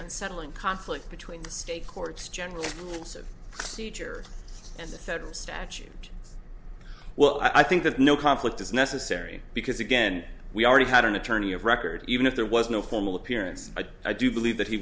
unsettling conflict between the state courts general feature and the federal statute well i think that no conflict is necessary because again we already had an attorney of record even if there was no formal appearance i do believe that he